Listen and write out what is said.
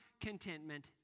contentment